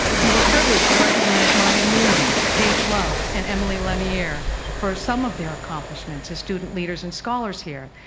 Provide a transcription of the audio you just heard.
we were privileged to recognize maya newlin, paige love and emily lanier for some of their accomplishments as student leaders and scholars here.